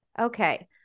Okay